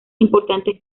importante